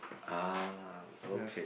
ah okay